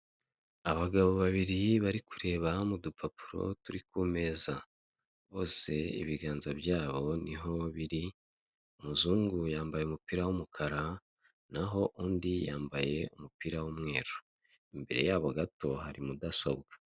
Abagabo babiri bari kureba mu dupapuro turi ku meza, bose ibiganza byabo niho biri. Umuzungu yambaye umupira w'umukara naho undi yambaye umupira w'umweru, imbere yabo gato hari mudasobwa.